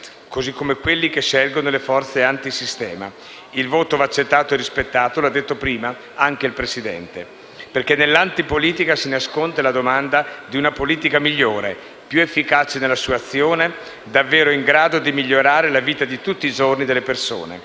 così come quelli che scelgono le forze antisistema. Il voto va accettato e rispettato, l'ha detto prima anche il Presidente, perché nell'antipolitica si nasconde la domanda di una politica migliore, più efficace nella sua azione, davvero in grado di migliorare la vita di tutti i giorni delle persone.